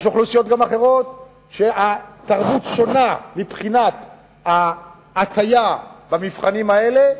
יש אוכלוסיות אחרות שהתרבות שלהן שונה מבחינת ההטיה במבחנים האלה,